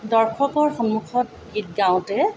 দৰ্শকৰ সন্মুখত গীত গাওঁতে